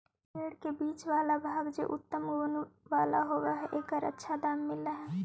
पेड़ के बीच वाला भाग जे उत्तम गुण वाला होवऽ हई, एकर अच्छा दाम मिलऽ हई